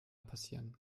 passieren